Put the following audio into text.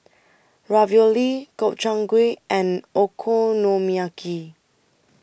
Ravioli Gobchang Gui and Okonomiyaki